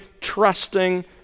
trusting